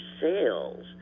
sales